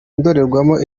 ndorerwamo